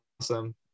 awesome